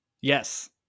Yes